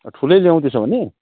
ठुलो ल्याऊँ त्यसो भने